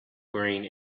green